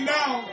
now